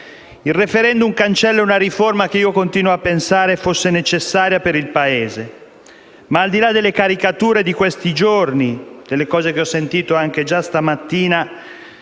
Il *referendum* cancella una riforma che io continuo a pensare fosse necessaria per il Paese ma, al di là delle caricature di questi giorni e delle cose che ho sentito anche già stamattina,